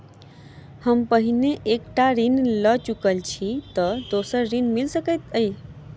हम पहिने एक टा ऋण लअ चुकल छी तऽ दोसर ऋण मिल सकैत अई?